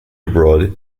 abroad